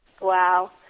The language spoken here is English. Wow